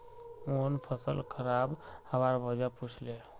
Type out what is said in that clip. मोहन फसल खराब हबार वजह पुछले